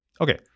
Okay